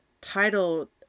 title